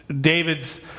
David's